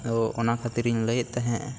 ᱛᱚ ᱚᱱᱟ ᱠᱷᱟᱹᱛᱤᱨ ᱤᱧ ᱞᱟᱹᱭᱮᱫ ᱛᱟᱦᱮᱸᱜ